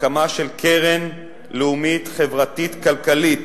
הקמה של קרן לאומית חברתית-כלכלית